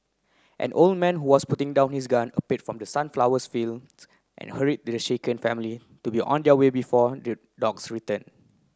an old man who was putting down his gun appeared from the sunflower fields and hurried the shaken family to be on their way before their dogs return